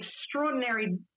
extraordinary